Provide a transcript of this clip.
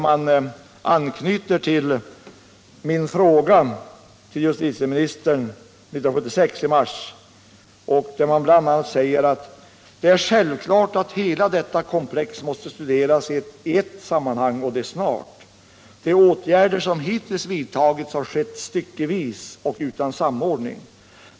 Man anknyter där till min fråga till justitieministern i mars 1976 och säger bl.a.: ”Det är självklart att hela detta komplex måste studeras i ett sammanhang och det snart. De åtgärder som hittills vidtagits har skett styckevis och utan samordning.